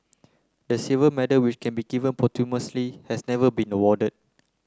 the silver medal which can be given posthumously has never been awarded